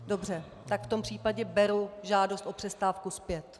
Aha, dobře, tak v tom případě beru žádost o přestávku zpět.